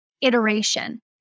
iteration